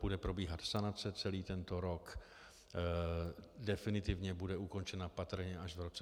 Bude probíhat sanace celý tento rok, definitivně bude ukončena patrně až v roce 2017.